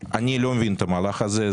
אני לא מבין את המהלך הזה,